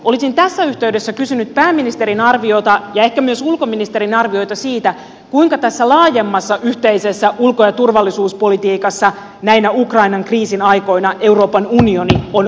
olisin tässä yhteydessä kysynyt pääministerin arviota ja ehkä myös ulkoministerin arviota siitä kuinka tässä laajemmassa yhteisessä ulko ja turvallisuuspolitiikassa näinä ukrainan kriisin aikoina euroopan unioni on onnistunut